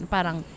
Parang